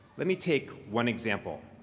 let me take one example.